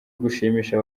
gushimisha